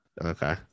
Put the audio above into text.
Okay